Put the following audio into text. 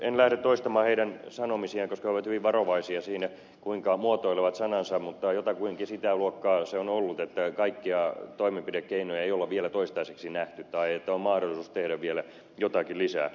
en lähde toistamaan euroopan keskuspankin sanomisia koska he ovat hyvin varovaisia siinä kuinka muotoilevat sanansa mutta jotakuinkin sitä luokkaa se on ollut että kaikkia toimenpidekeinoja ei ole vielä toistaiseksi nähty tai että on mahdollisuus tehdä vielä jotakin lisää